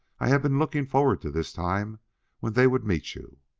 i haff been looking forward to this time when they would meet you.